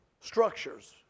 structures